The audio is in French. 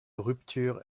rupture